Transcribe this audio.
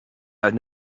have